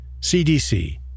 cdc